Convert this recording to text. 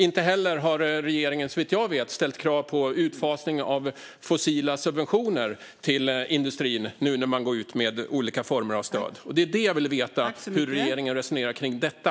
Inte heller har regeringen, såvitt jag vet, ställt krav på utfasning av fossila subventioner till industrin när man nu gått ut med olika former av stöd. Det jag vill veta är hur regeringen resonerar kring detta.